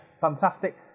fantastic